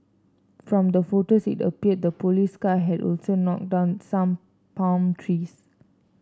from the photos it appeared the police car had also knocked down some palm trees